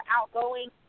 outgoing